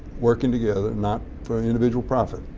working together not for individual profit.